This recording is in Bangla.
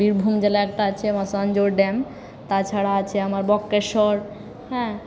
বীরভূম জেলা একটা আছে ম্যাসাঞ্জোর ড্যাম তাছাড়া আছে আমার বক্রেশ্বর হ্যাঁ